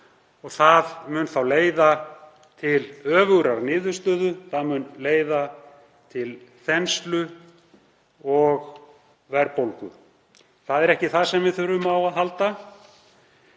Það mun leiða til öfugrar niðurstöðu. Það mun leiða til þenslu og verðbólgu. Það er ekki það sem við þurfum á að halda.